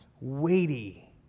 weighty